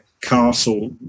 castle